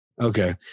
Okay